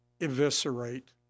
eviscerate